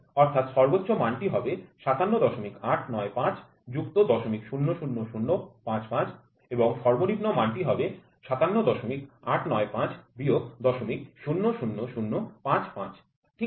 অর্থাৎ সর্বোচ্চ মান টি হবে ৫৭৮৯৫ যুক্ত ০০০০৫৫ এবং সর্বনিম্ন মানটি হবে ৫৭৮৯৫ বিয়োগ ০০০০৫৫ ঠিক আছে